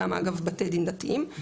אגב גם בתי דין דתיים,